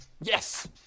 yes